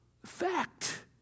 Fact